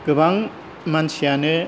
गोबां मानसियानो